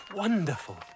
wonderful